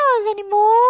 anymore